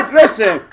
listen